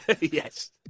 Yes